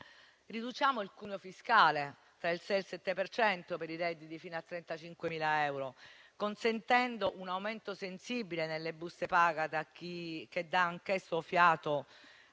Riduciamo il cuneo fiscale fra il 6 e il 7 per cento per i redditi fino a 35.000, consentendo un aumento sensibile nelle buste paga che dà anch'esso fiato